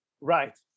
Right